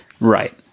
Right